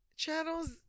Channels